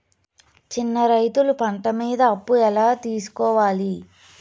చిన్న రైతులు పంట మీద అప్పు ఎలా తీసుకోవాలి?